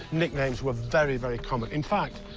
nicknames were very, very common. in fact,